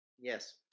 Yes